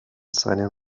seinen